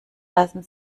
lassen